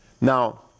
Now